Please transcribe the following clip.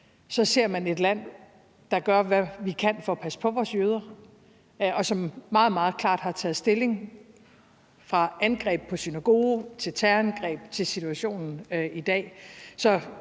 ser den et land, der gør, hvad det kan for at passe på sine jøder, og som meget, meget klart har taget stilling til alt fra angreb på synagoger over terrorangreb til situationen i dag.